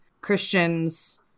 Christians